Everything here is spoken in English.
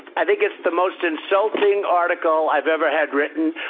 i think it's the most insulting article i've ever had written.